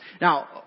Now